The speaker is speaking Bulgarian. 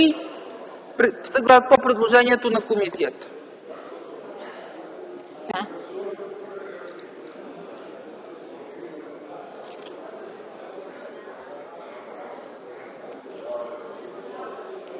по предложението на комисията.